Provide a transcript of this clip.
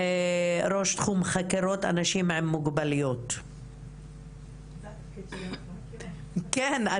ראש תחום חקירות אנשים עם מוגבלויות --- זה התפקיד שלי --- כן,